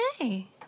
Okay